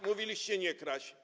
Mówiliście: nie kraść.